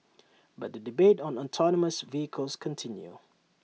but the debate on autonomous vehicles continue